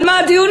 על מה הדיונים?